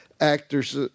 actors